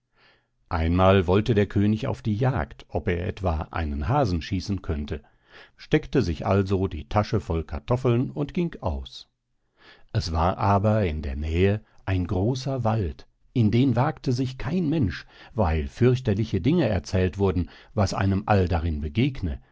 einmal wollte der könig auf die jagd ob er etwa einen hasen schießen könnte steckte sich also die tasche voll kartoffeln und ging aus es war aber in der nähe ein großer wald in den wagte sich kein mensch weil fürchterliche dinge erzählt wurden was einem all darin begegne